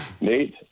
Nate